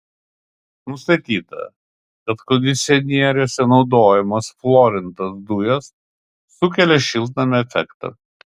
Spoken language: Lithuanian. nustatyta kad kondicionieriuose naudojamos fluorintos dujos sukelia šiltnamio efektą